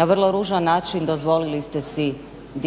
Na vrlo ružan način dozvolili ste si